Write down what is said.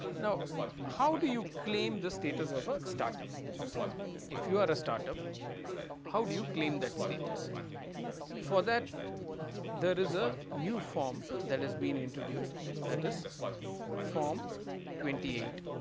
now how do you claim the status of a start-up if you are a start-up how do you claim that status for that there is a new form that has been introduced that is form twenty eight